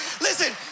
Listen